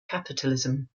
capitalism